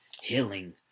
healing